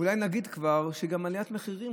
ואולי נגיד כבר שגם על עליית מחירים,